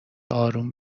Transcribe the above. اروم